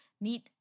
need